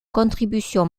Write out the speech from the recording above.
contribution